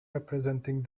representing